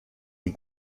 die